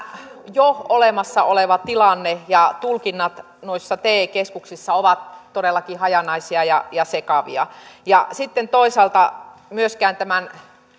jo olemassa oleva tilanne ja tulkinnat noissa te keskuksissa ovat todellakin hajanaisia ja ja sekavia sitten toisaalta myöskään tämän